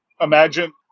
imagine